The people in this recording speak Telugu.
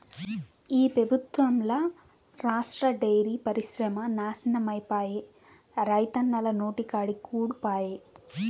ఈ పెబుత్వంల రాష్ట్ర డైరీ పరిశ్రమ నాశనమైపాయే, రైతన్నల నోటికాడి కూడు పాయె